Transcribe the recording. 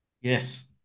Yes